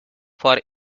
for